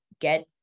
get